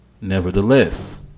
Nevertheless